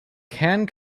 can